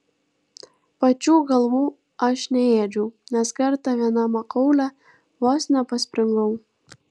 pačių galvų aš neėdžiau nes kartą viena makaule vos nepaspringau